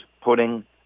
putting